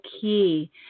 key